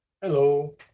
hello